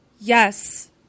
Yes